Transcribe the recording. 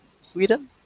Sweden